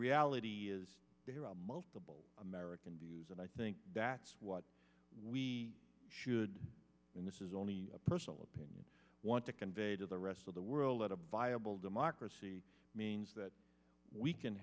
reality is there are multiple american views and i think that's what we should and this is only a personal opinion i want to convey to the rest of the world that a viable democracy means that we can